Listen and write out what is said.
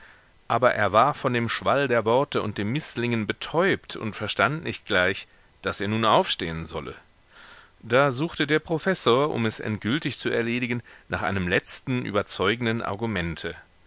aber er war von dem schwall der worte und dem mißlingen betäubt und verstand nicht gleich daß er nun aufstehen solle da suchte der professor um es endgültig zu erledigen nach einem letzten überzeugenden argumente